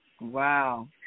Wow